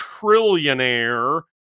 trillionaire